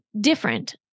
different